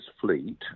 fleet